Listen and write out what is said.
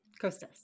costas